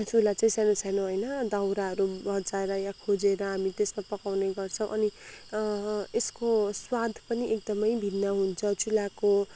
चुला चाहिँ सानो सानो होइन दाउराहरू भँचाएर या खोजेर हामी त्यसमा पकाउने गर्छौँ अनि यसको स्वाद पनि एकदमै भिन्न हुन्छ चुलाको